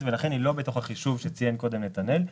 ולכן היא לא בתוך החישוב שציין קודם נתנאל.